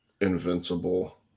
invincible